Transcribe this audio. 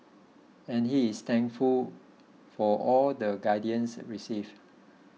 and he is thankful for all the guidance received